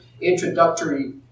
introductory